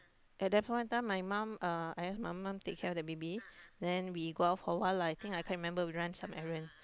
at the point in time my mom I ask my mom take care of the baby then we go out for a while lah I think I can't remember we run some errands